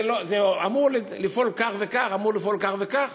זה אמור לפעול כך וכך, אמור לפעול כך וכך,